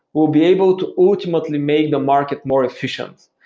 we'll be able to ultimately make the market more efficient.